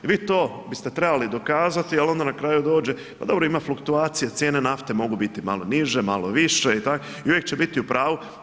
I vi to biste trebali dokazati, ali na kraju dođe pa dobro ima fluktuacije cijene nafte mogu biti malo niže, malo više i uvijek će biti u pravu.